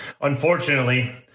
Unfortunately